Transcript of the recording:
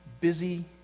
busy